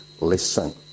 listen